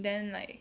then like